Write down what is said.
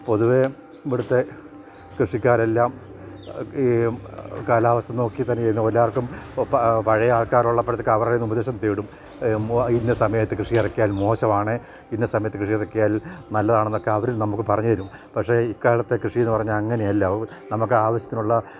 പൊതുവേ ഇവിടത്തെ കൃഷിക്കാരെല്ലാം കാലാവസ്ഥ നോക്കി തന്നെ ചെയ്യുന്ന എല്ലാവർക്കും പഴയ ആൾക്കാറുള്ളപ്പഴത്തേക്കും അവരിൽ നിന്ന് ഉപദേശം തേടും ഇന്ന സമയത്ത് കൃഷി ഇറക്കിയാൽ മോശമാണ് ഇന്ന സമയത്ത് കൃഷി ഇറക്കിയാൽ നല്ലതാണ് എന്നൊക്കെ അവർ നമുക്ക് പറഞ്ഞു തരും പക്ഷേ ഇക്കാലത്തെ കൃഷീ എന്നു പറഞ്ഞാൽ അങ്ങനെയല്ല നമുക്ക് ആവശ്യത്തിനുള്ള